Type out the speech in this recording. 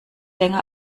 länger